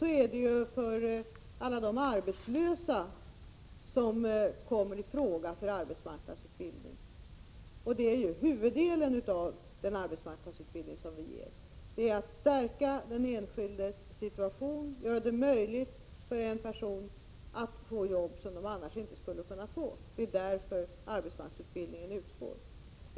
Det gäller ju också alla arbetslösa som kommer i fråga för arbetsmarknadsutbildning. Huvuddelen av den arbetsmarknadsutbildning som ges går ju ut på att stärka den enskildes situation, att göra det möjligt för en person att få ett jobb som han eller hon annars inte skulle kunna få. Det är ju därför som arbetsmarknadsutbildning ges.